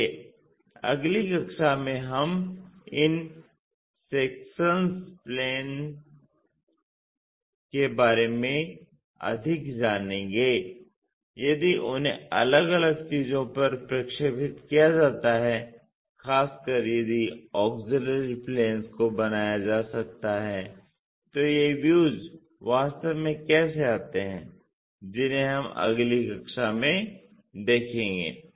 इसलिए अगली कक्षा में हम इन सेक्शंस प्लेंस के बारे में अधिक जानेंगे यदि उन्हें अलग अलग चीजों पर प्रक्षेपित किया जाता है खासकर यदि ऑग्ज़िल्यरी प्लेंस को बनाया जा सकता है तो ये व्यूज वास्तव में कैसे आते हैं जिन्हें हम अगली कक्षा में देखेंगे